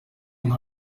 nka